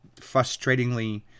frustratingly